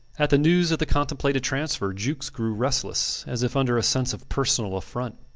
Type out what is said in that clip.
at the news of the contemplated transfer jukes grew restless, as if under a sense of personal affront.